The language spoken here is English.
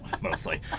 Mostly